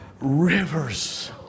rivers